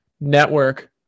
network